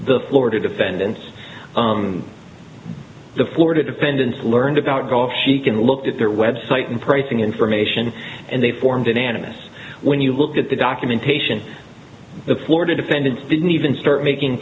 the florida defendant the florida defendants learned about gulf she can look at their web site and pricing information and they formed an animus when you look at the documentation the florida defendants didn't even start making